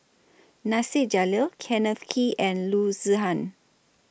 Nasir Jalil Kenneth Kee and Loo Zihan